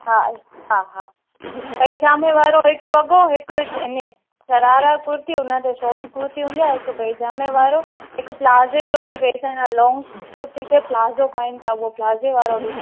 हा हा हा पइजामे वारो हिकु वॻो हिकु अने शरारा कुर्ती उन ते शॉट कुर्ती हूंदी आहे हिकु पइजामे वारो हिकु प्लाज़े जो बि फैशन आहे लॉन्ग कुर्ती ते प्लाज़ो पाइनि था उहो प्लाज़े वारो बि